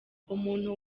umuntu